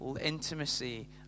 intimacy